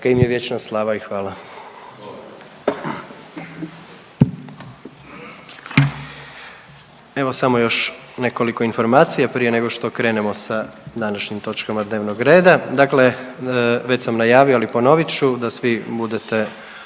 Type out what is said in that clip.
im je vječna slava i hvala.